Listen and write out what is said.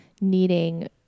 needing